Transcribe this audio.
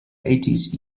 eighties